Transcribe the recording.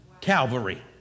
Calvary